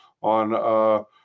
on